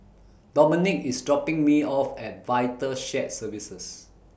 Domonique IS dropping Me off At Vital Shared Services